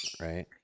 right